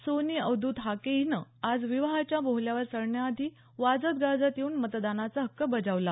Sony Avdhut Hake हिनं आज विवाहाच्या बोहल्यावर चढण्याआधी वाजत गाजत येऊन मतदानाचा हक्क बजावला